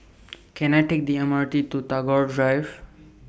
Can I Take The M R T to Tagore Drive